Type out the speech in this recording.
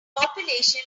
population